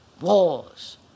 Wars